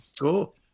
Cool